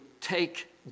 take